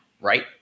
right